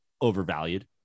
overvalued